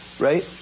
right